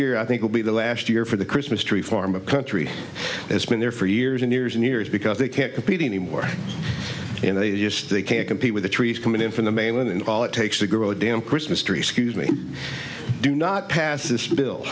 year i think will be the last year for the christmas tree farm a country that's been there for years and years and years because they can't compete anymore and they just they can't compete with the trees coming in from the mainland and all it takes to grow a dam christmas tree excuse me do not pass this bill